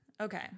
Okay